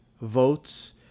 Votes